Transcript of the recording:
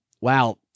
wow